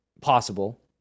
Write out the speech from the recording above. possible